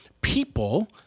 people